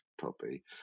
puppy